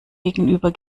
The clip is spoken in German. gegenüber